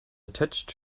attached